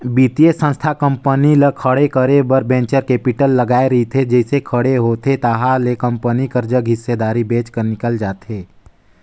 बित्तीय संस्था कंपनी ल खड़े करे बर वेंचर कैपिटल लगाए रहिथे जइसे खड़े होथे ताहले कंपनी कर जग हिस्सादारी बेंच कर निकल जाथे